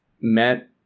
met